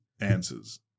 answers